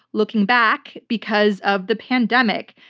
looking back, because of the pandemic.